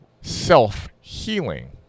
self-healing